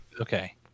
Okay